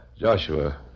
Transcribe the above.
Joshua